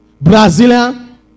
Brazilian